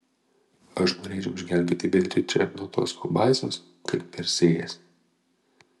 aš norėčiau išgelbėti beatričę nuo tos pabaisos kaip persėjas